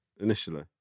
initially